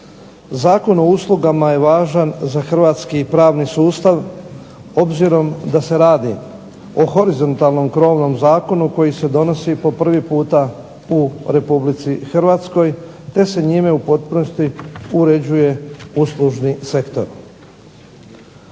Zakon o uslugama je važan za hrvatski pravni sustav obzirom da se radi o horizontalnom krovnom zakonu koji se donosi po prvi puta u Republici Hrvatskoj te se njime u potpunosti uređuje uslužni sektor.